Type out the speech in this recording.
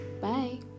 Bye